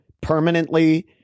permanently